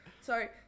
Sorry